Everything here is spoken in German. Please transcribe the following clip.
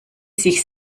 sich